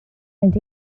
mynd